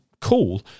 cool